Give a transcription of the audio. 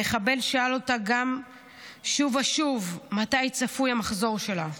המחבל שאל אותה שוב ושוב מתי צפוי המחזור שלה.